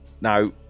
Now